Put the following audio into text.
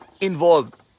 involved